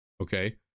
okay